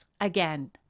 again